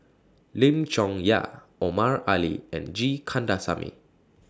Lim Chong Yah Omar Ali and G Kandasamy